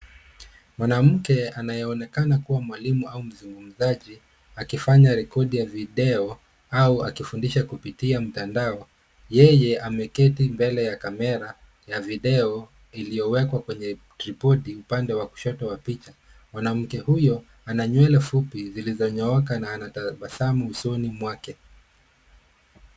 Mwanamke anayeonekana kuwa mwalimu au mzungumzaji, akifanya rekodi ya video au akifundisha kupitia mtandao. Yeye ameketi mbele ya kamera ya video iliyowekwa kwenye tripodi upande wa kushoto wa picha. Mwanamke huyo ana nywele fupi zilizonyooka na anatabasamu usoni mwake.